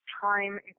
Time